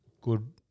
good